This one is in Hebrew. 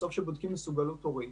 בסוף, כשבודקים מסוגלות הורית